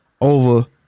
over